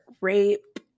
rape